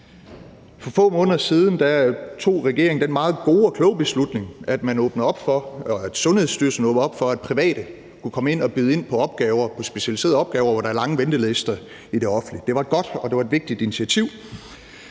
For få måneder siden tog regeringen den meget gode og kloge beslutning, at man i Sundhedsstyrelsen skulle åbne op for, at private kunne komme og byde ind på specialiserede opgaver, hvor der er lange ventelister i det offentlige. Det var et godt og et vigtigt initiativ.